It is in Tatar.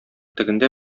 тегендә